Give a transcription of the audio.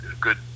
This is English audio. good